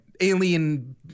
alien